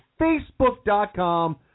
Facebook.com